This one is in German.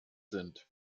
sind